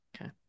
Okay